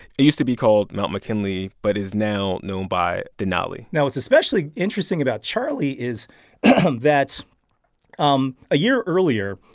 it used to be called mount mckinley but is now known by denali now, what's especially interesting about charlie is um that um a year earlier,